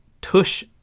Tush